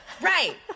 Right